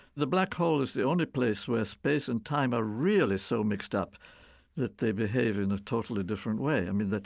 the black hole is the only place where space and time are really so mixed up that they behave in a totally different way. i mean,